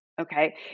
Okay